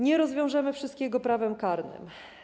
Nie rozwiążemy wszystkiego Prawem karnym.